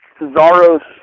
Cesaro's